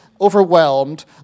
overwhelmed